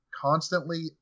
constantly